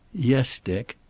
yes, dick.